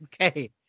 Okay